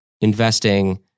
investing